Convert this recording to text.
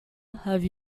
have